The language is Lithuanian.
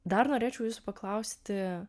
dar norėčiau jūsų paklausti